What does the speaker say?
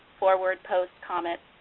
forward post, comment.